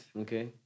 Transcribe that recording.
Okay